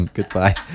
Goodbye